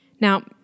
Now